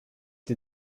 des